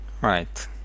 right